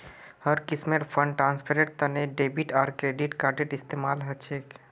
हर किस्मेर फंड ट्रांस्फरेर तने डेबिट आर क्रेडिट कार्डेर इस्तेमाल ह छे